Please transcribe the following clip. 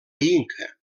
inca